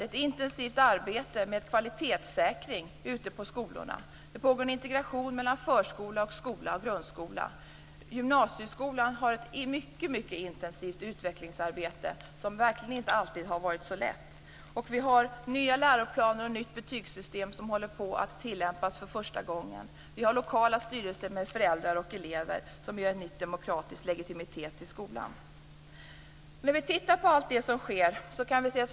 Det är ett intensivt arbete med kvalitetssäkring på skolorna. Det pågår en integration mellan förskola och grundskola. I gymnasieskolan pågår ett intensivt utvecklingsarbete som verkligen inte har varit lätt. Vi har nya läroplaner och ett nytt betygssystem som håller på att tillämpas för första gången. Vi har lokala styrelser med föräldrar och elever som ger en ny demokratisk legitimitet åt skolan.